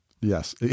Yes